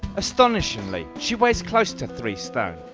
astonishingly she weighs close to three stone.